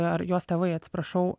ar jos tėvai atsiprašau